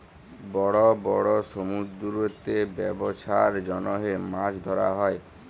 বড় বড় সমুদ্দুরেতে ব্যবছার জ্যনহে মাছ ধ্যরা হ্যয়